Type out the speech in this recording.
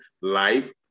life